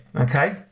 Okay